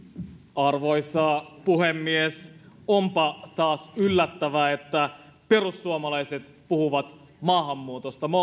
arvoisa puhemies onpa taas yllättävää että perussuomalaiset puhuvat maahanmuutosta me